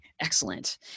excellent